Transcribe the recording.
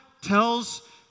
tells